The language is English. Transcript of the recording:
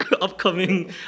upcoming